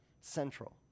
central